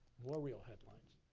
more real headlines.